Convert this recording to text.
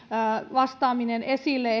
vastaaminen esille